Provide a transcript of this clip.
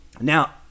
Now